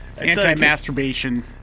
Anti-masturbation